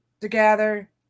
together